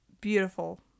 beautiful